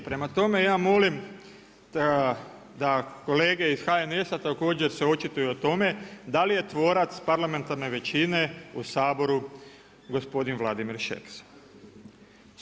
Prema tome, ja molim, da kolege iz HNS-a također se očituju o tome, da li je tvorac parlamentarne većine u Saboru gospodin Vladimir Šeks.